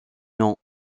noms